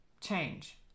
change